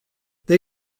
they